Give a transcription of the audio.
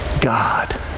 God